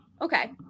Okay